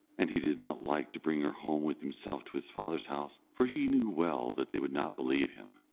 and he did not like to bring her home with himself to his father's house, for he knew well that they would not believe him,